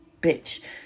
bitch